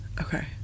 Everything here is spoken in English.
Okay